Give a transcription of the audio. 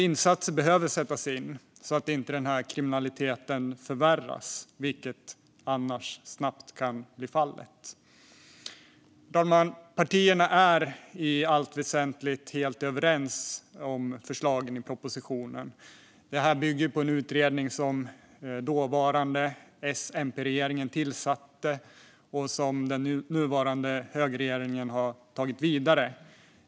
Insatser behöver sättas in så att inte kriminaliteten förvärras, vilket annars snabbt kan bli fallet. Herr talman! Partierna är i allt väsentligt helt överens om förslagen i propositionen, vilka bygger på en utredning som den dåvarande S-MP-regeringen tillsatte och som den nuvarande högerregeringen tagit vidare.